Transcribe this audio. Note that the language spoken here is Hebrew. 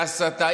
להסתה,